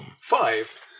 Five